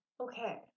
Okay